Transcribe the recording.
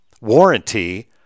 warranty